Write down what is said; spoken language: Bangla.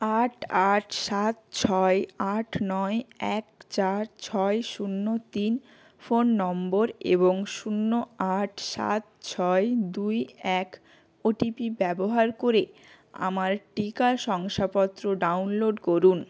আট আট সাত ছয় আট নয় এক চার ছয় শূন্য তিন ফোন নম্বর এবং শূন্য আট সাত ছয় দুই এক ওটিপি ব্যবহার করে আমার টিকা শংসাপত্র ডাউনলোড করুন